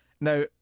Now